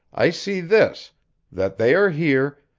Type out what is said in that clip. i see this that they are here,